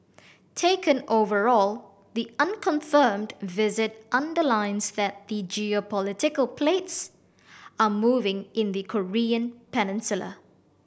taken overall the unconfirmed visit underlines that the geopolitical plates are moving in the Korean Peninsula